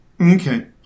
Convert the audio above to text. okay